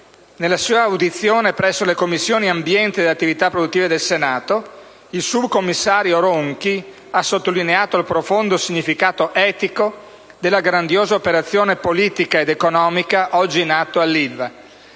Nella sua audizione presso le Commissioni ambiente ed attività produttive del Senato, il subcommissario Ronchi ha sottolineato il profondo significato etico della grandiosa operazione politica ed economica oggi in atto all'Ilva.